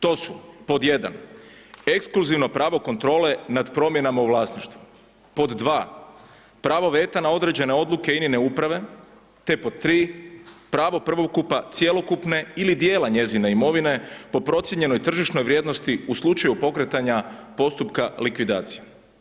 To su pod 1, ekskluzivno pravo kontrole nad promjenama u vlasništvu, pod 2, pravo veta na određene odluke INA-ine uprave te pod 3, pravo prvokupa cjelokupne ili djela njezine imovine po procijenjenoj tržišnoj vrijednosti u slučaju pokretanja postupka likvidacije.